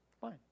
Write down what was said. fine